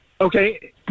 okay